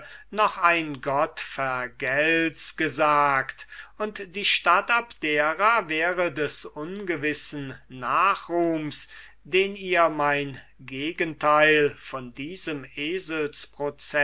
noch vergelts gott gesagt und die stadt abdera wäre des ungewissen nachruhms den ihr mein gegenteil von diesem